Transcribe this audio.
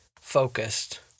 focused